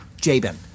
jabin